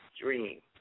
dream